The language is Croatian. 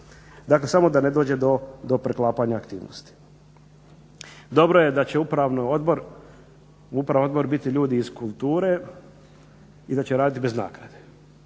Dakle, samo da ne dođe do preklapanja aktivnosti. Dobro je da će upravni odbor biti ljudi iz kulture i da će raditi bez naknade.